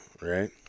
right